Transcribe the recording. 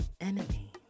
enemy